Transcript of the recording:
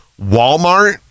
Walmart